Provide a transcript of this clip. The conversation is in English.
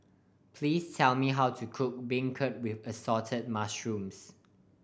please tell me how to cook beancurd with Assorted Mushrooms